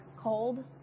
cold